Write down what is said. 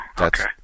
okay